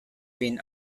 been